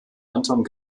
anton